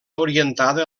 orientada